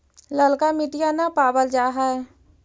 ललका मिटीया न पाबल जा है?